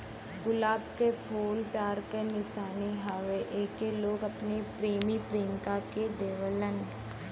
गुलाब के फूल प्यार के निशानी हउवे एके लोग अपने प्रेमी प्रेमिका के देलन